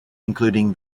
including